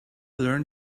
learn